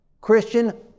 Christian